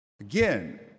Again